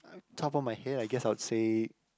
on top my head I guess I would say